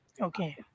Okay